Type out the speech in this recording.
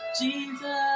Jesus